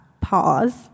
pause